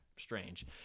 strange